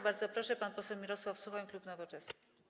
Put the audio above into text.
Bardzo proszę, pan poseł Mirosław Suchoń, klub Nowoczesna.